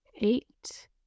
eight